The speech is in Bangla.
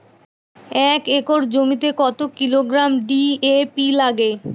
এক একর জমিতে কত কিলোগ্রাম ডি.এ.পি লাগে?